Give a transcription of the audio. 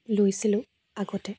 লৈছিলোঁ আগতে